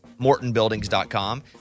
MortonBuildings.com